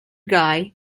guy